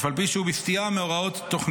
אף על פי שהוא בסטייה מהוראות תוכנית.